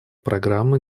программы